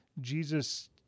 Jesus